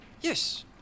Yes